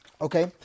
Okay